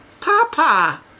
Papa